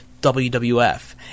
WWF